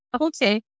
Okay